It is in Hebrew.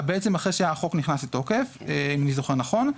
אם אני זוכר נכון,